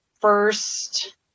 first